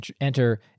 Enter